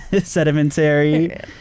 Sedimentary